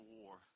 war